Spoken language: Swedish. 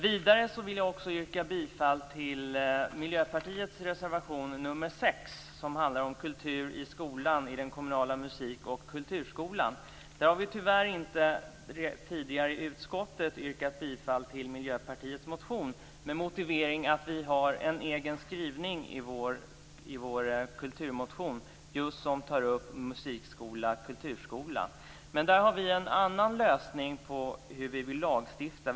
Vidare vill jag också yrka bifall till Miljöpartiets reservation 6 som handlar om kultur i skolan och den kommunala musik och kulturskolan. Vi har tyvärr inte tidigare i utskottet tillstyrkt denna motion med motiveringen att vi har en egen skrivning i vår kulturmotion där musik och kulturskolan tas upp. Men där har vi en annan lösning på hur vi vill lagstifta.